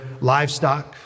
livestock